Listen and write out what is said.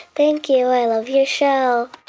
thank you. i love your show